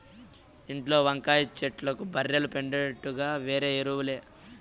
ఇంట్ల వంకాయ చెట్లకు బర్రెల పెండుండగా వేరే ఎరువేల